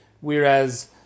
Whereas